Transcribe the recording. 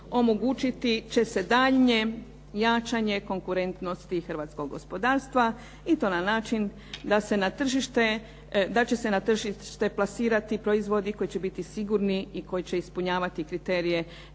omogućiti će se daljnje jačanje konkurentnosti hrvatskog gospodarstva i to na način da će se na tržište plasirati proizvodi koji će biti sigurni i koji će ispunjavati kriterije